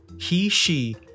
he-she